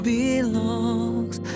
belongs